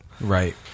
right